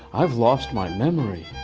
i've lost my memory!